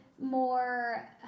More